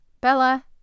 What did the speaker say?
Bella